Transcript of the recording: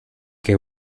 que